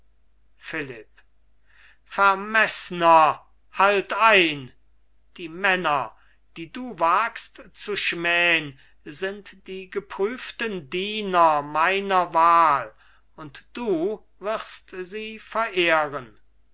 philipp vermeßner halt ein die männer die du wagst zu schmähn sind die geprüften diener meiner wahl und du wirst sie verehren